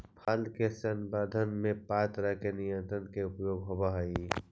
फल के संवर्धन में पाँच तरह के नियंत्रक के उपयोग होवऽ हई